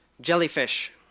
Jellyfish